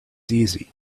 easy